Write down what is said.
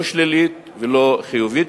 לא שלילית ולא חיובית,